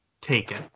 taken